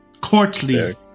courtly